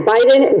Biden